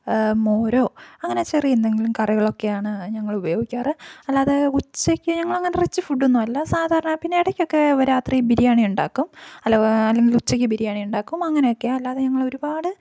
മോരോ അങ്ങനെ ചെറിയ എന്തെങ്കിലും കറികളൊക്കെയാണ് ഞങ്ങൾ ഉപയോഗിക്കാറ് അല്ലാതെ ഉച്ചയ്ക്ക് ഞങ്ങൾ അങ്ങനെ റിച്ച് ഫുഡ് ഒന്നുമല്ല സാധാരണ പിന്നെ ഇടയ്ക്കൊക്കെ രാത്രി ബിരിയാണിയുണ്ടാക്കും അല്ല അല്ലെങ്കിൽ ഉച്ചയ്ക്ക് ബിരിയാണി ഉണ്ടാക്കും അങ്ങനെയൊക്കെയാണ് അല്ലാതെ ഞങ്ങൾ ഒരുപാട്